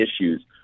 issues